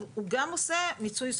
הוא עושה גם מיצוי זכויות.